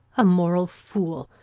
a moral fool,